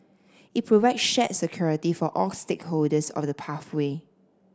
it provide shared security for all stakeholders of the pathway